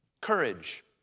Courage